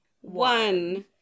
one